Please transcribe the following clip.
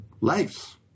lives